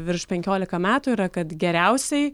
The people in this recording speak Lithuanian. virš penkiolika metų yra kad geriausiai